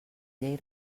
llei